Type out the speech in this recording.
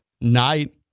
night